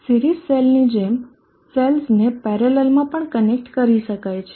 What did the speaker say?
series સેલની જેમ સેલ્સને પેરેલલમાં પણ કનેક્ટ કરી શકાય છે